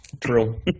True